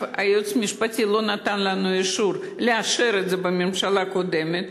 הייעוץ המשפטי לא נתן לנו אישור לאשר את זה בממשלה הקודמת.